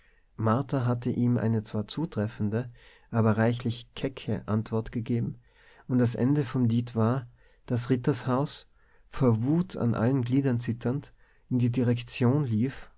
martha hatte ihm eine zwar zutreffende aber reichlich kecke antwort gegeben und das ende vom lied war daß rittershaus vor wut an allen gliedern zitternd in die direktion lief